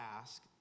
ask